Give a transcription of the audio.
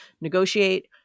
negotiate